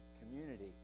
community